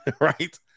right